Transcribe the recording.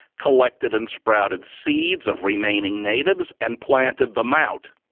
collected and sprouted seeds of remaining natives and planted them out.